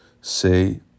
say